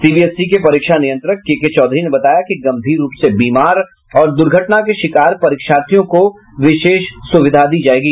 CBSE के परीक्षा नियंत्रक केके चौधरी ने बताया कि गम्भीर रूप से बीमार और द्र्घटना के शिकार परीक्षार्थियों को विशेष सुविधा दी जायेगी